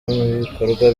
ibikorwa